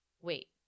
Wait